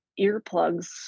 earplugs